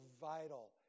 vital